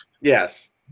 Yes